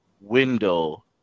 window